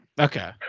Okay